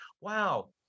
wow